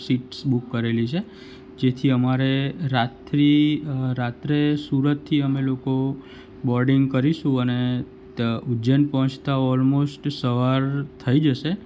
seats book કરેલી છે જેથી અમારે રાતથી રાત્રે સુરતથી અમે લોકો બોર્ડિંગ કરીશું અને ઉજ્જૈન પહોંચતા ઓલમોસ્ટ સવાર થઈ જશે